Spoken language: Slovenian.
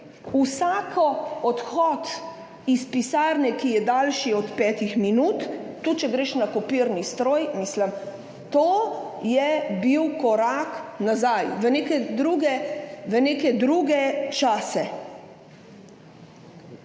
vsak odhod iz pisarne, ki je daljši od petih minut, tudi če greš h kopirnemu stroju. To je bil korak nazaj v neke druge čase.